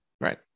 right